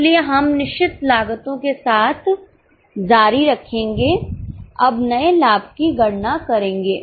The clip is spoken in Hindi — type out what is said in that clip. इसलिए हम निश्चित लागतों के साथ जारी रखेंगे अब नए लाभ की गणना करेंगे